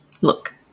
Look